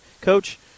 coach